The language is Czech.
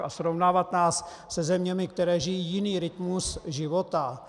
A srovnávat nás se zeměmi, které žijí jiný rytmus života?